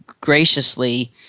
graciously